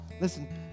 Listen